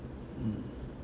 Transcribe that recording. mm